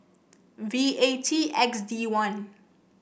V A T X D one